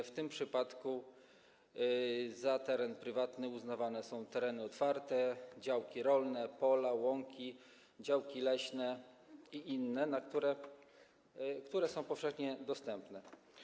W tym przypadku za teren prywatny uznawane są tereny otwarte, działki rolne, pola, łąki, działki leśne i inne, które są powszechnie dostępne.